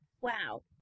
Wow